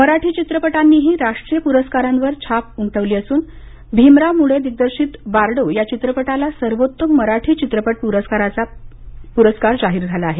मराठी चित्रपटांनीही राष्ट्रीय प्रस्कारांवर छाप उमटवली असून भीमराव मूडे दिग्दर्शित बार्डो या चित्रपटाला सर्वोत्तम मराठी चित्रपटाचा प्रस्कार जाहीर झाला आहे